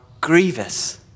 grievous